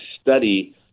study